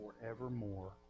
forevermore